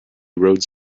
roads